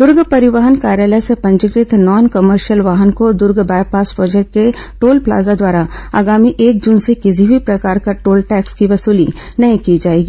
दुर्ग परिवहन कार्यालय से पंजीकृत नान कार्मिशियल वाहन को दुर्ग बायपास प्रोजेक्ट के टोल प्लाजा द्वारा आगामी एक जून से किसी भी प्रकार के टोल टैक्स की वसूली नहीं की जाएगी